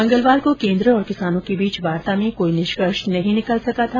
मंगलवार को केन्द्र और किसानों के बीच वार्ता में कोई निष्कर्ष नहीं निकल सका था